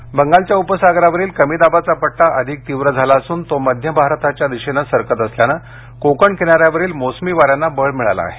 हवामान बंगालच्या उपसागरावरील कमी दाबाचा पट्टा अधिक तीव्र झाला असून तो मध्य भारताच्या दिशेनं सरकत असल्यानं कोकण किनार्यातवरील मोसमी वार्यां ना बळ मिळालं आहे